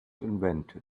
invented